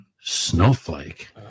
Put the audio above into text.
snowflake